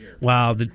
Wow